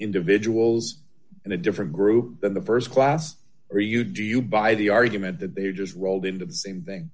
individuals and a different group than the st class are you do you buy the argument that they just rolled in the same thing